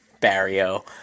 Barrio